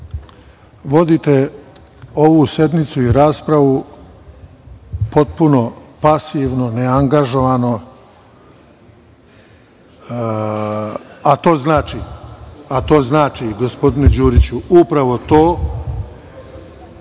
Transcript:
vodite ovu sednicu i raspravu potpuno pasivno, neangažovano, a to znači, gospodine Đuriću, upravo to